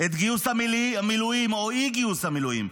את גיוס המילואים או אי-גיוס המילואים.